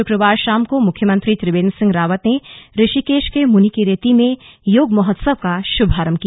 शुक्रवार शाम को मुख्यमंत्री त्रिवेन्द्र सिंह रावत ने ऋषिकेश के मुनिकीरेती में योग महोत्सव का शुभारंभ किया